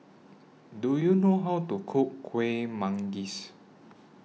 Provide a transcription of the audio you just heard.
Do YOU know How to Cook Kuih Manggis